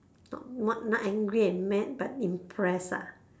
not not angry and mad but impressed ah